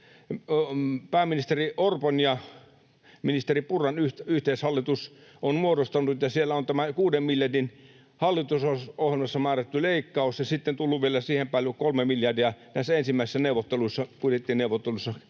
pääministeri Orpon ja ministeri Purran yhteishallitus on muodostanut — kun siellä on tämä kuuden miljardin hallitusohjelmassa määrätty leikkaus ja sitten on tullut vielä siihen päälle kolme miljardia ensimmäisissä budjettineuvotteluissa eli